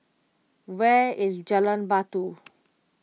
where is Jalan Batu